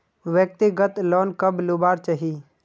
व्यक्तिगत लोन कब लुबार चही?